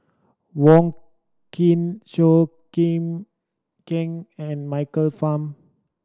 Wong Keen Chua Chim Kang and Michael Fam